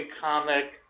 comic